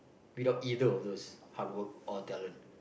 without either of those hard work or talent